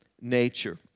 nature